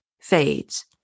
fades